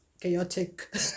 chaotic